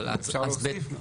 אפשר להוסיף?